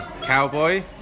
Cowboy